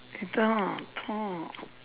இதான் அதான்:ithaan athaan